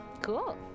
cool